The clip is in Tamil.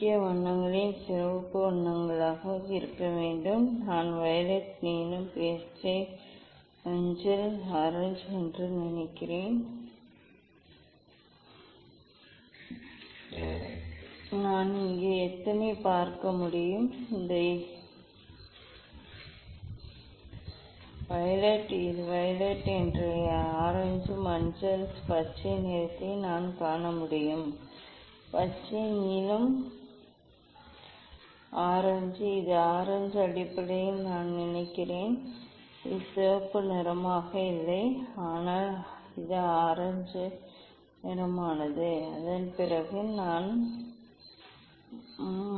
முக்கிய வண்ணங்கள் சிவப்பு வண்ணங்களாக இருக்க வேண்டும் நான் வயலட் நீலம் பின்னர் பச்சை மஞ்சள் ஆரஞ்சு என்று நினைக்கிறேன் நான் இங்கே எத்தனை பார்க்க முடியும் இது இந்த வயலட் இது வயலட் என்றும் இந்த ஆரஞ்சு மஞ்சள் பச்சை நிறத்தை நான் காண முடியும் பச்சை நீலம் ஆரஞ்சு இது ஆரஞ்சு அடிப்படையில் நான் நினைக்கிறேன் இது சிவப்பு நிறமாக இல்லை ஆனால் அது ஆரஞ்சு நிறமானது அதன் பிறகு நாம்